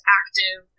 active